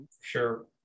Sure